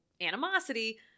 animosity